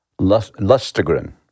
Lustigren